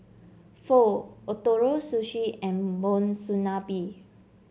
Pho Ootoro Sushi and Monsunabe